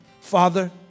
Father